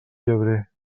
llebrer